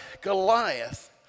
Goliath